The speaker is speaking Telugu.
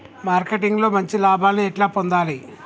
మార్కెటింగ్ లో మంచి లాభాల్ని ఎట్లా పొందాలి?